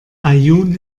aaiún